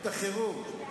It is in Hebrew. את החירום.